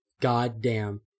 goddamn